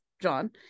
John